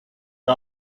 the